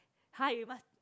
hi you must